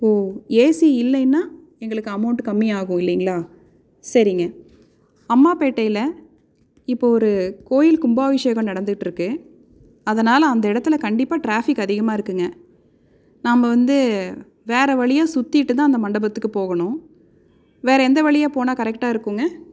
ஓ AC இல்லையினா எங்களுக்கு amount கம்மியாகும் இல்லேங்களா சரிங்க அம்மாப்பேட்டையில் இப்போ ஒரு கோயில் கும்பாபிஷேகம் நடந்துகிட்டு இருக்கு அதனால் அந்த இடத்துல கண்டிப்பாக டிராபிக் அதிகமாக இருக்கும்ங்க நாம வந்து வேறு வழியாக சுற்றிட்டுதான் அந்த மண்டபத்துக்கு போகணும் வேறு எந்த வழியாக போனா கரெக்டாக இருக்கும்ங்க